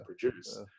produce